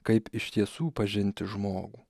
kaip iš tiesų pažinti žmogų